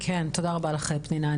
כן, תודה רבה לך פנינה.